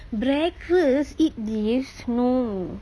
breakfast eat this no